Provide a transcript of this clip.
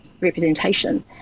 representation